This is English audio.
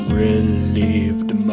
relieved